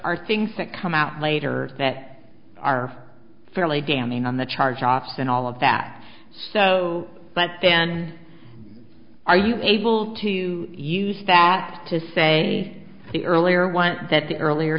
are things that come out later that are fairly damning on the charge offs and all of that so but then are you able to use that to say the earlier that the earlier